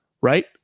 right